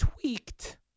tweaked